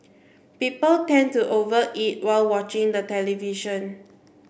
people tend to over eat while watching the television